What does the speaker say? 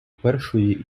першої